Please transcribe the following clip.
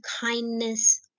kindness